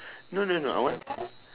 no no no I want